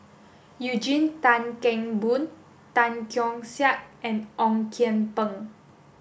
Eugene Tan Kheng Boon Tan Keong Saik and Ong Kian Peng